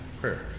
prayer